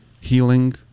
healing